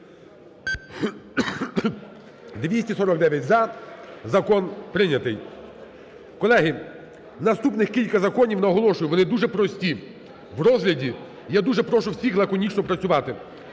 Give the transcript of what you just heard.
За-249 Закон прийнятий. Колеги, наступних кілька законів, наголошую, вони дуже прості в розгляді. Я дуже прошу всіх лаконічно працювати.